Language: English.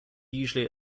usually